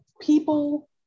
People